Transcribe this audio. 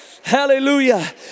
Hallelujah